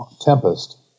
tempest